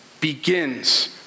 begins